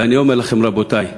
ואני אומר לכם, רבותי: